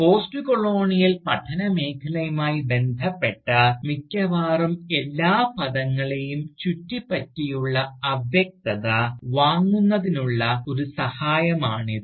postcolonial പഠന മേഖലയുമായി ബന്ധപ്പെട്ട മിക്കവാറും എല്ലാ പദങ്ങളെയും ചുറ്റിപ്പറ്റിയുള്ള അവ്യക്തത വാങ്ങുന്നതിനുള്ള ഒരു സഹായമാണിത്